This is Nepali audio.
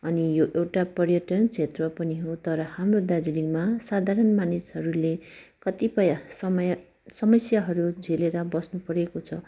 अनि यो एउटा पर्यटन क्षेत्र पनि हो तर हाम्रो दार्जिलिङमा साधारण मानिसहरूले कतिपय समय समस्याहरू झेलेर बस्नु परेको छ